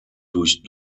durch